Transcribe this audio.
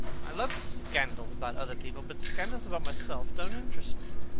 i love scandals about other people, but scandals about myself don't interest me.